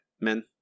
men